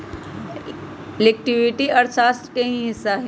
liquidity अर्थशास्त्र के ही हिस्सा हई